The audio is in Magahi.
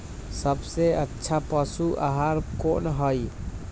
सबसे अच्छा पशु आहार कोन हई?